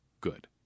Good